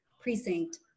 precinct